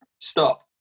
Stop